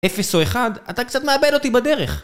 אפס או אחד, אתה קצת מאבד אותי בדרך